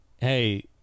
Hey